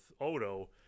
Odo